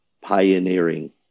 pioneering